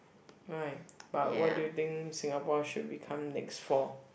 why but what do you think Singapore should become next for